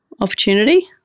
opportunity